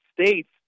states